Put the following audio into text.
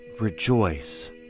Rejoice